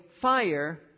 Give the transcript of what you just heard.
fire